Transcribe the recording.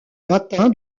latin